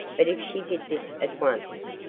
but if she did this at once,